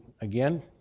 again